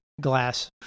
glass